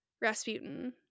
Rasputin